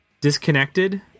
Disconnected